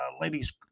ladies